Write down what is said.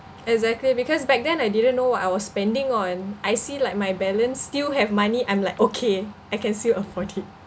exactly because back then I didn't know what I was spending on I see like my balance still have money I'm like okay I can still afford it